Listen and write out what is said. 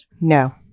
No